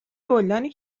گلدانی